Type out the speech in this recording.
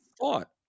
thought